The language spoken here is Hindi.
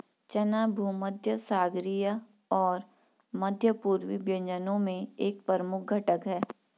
चना भूमध्यसागरीय और मध्य पूर्वी व्यंजनों में एक प्रमुख घटक है